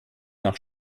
nach